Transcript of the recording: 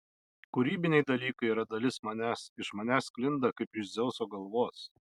kūrybiniai dalykai yra dalis manęs iš manęs sklinda kaip iš dzeuso galvos